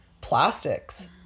plastics